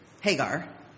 Hagar